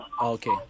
Okay